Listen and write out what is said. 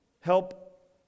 Help